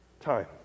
time